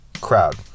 crowd